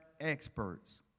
experts